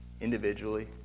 individually